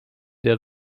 der